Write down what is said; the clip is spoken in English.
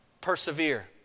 Persevere